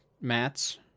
mats